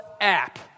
app